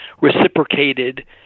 reciprocated